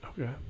okay